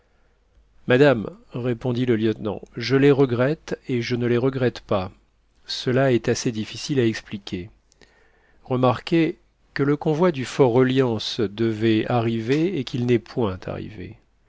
madame répondit le lieutenant je les regrette et je ne les regrette pas cela est assez difficile à expliquer remarquez que le convoi du fort reliance devait arriver et qu'il n'est point arrivé